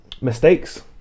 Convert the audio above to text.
Mistakes